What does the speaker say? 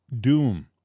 doom